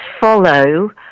follow